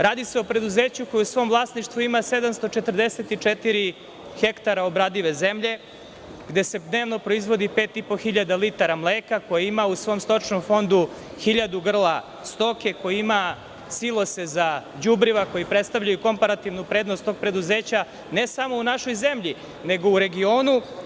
Radi se o preduzeću koje u svom vlasništvu ima 744 hektara obradive zemlje, gde se dnevno proizvodi 5.500 hiljada mleka, koji ima u svom stočnom fondu 1000 grla stoke, koji ima silose za đubriva koji predstavljaju komparativnu prednost tog preduzeća ne samo u našoj zemlji nego i u regionu.